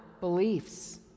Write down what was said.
beliefs